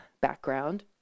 background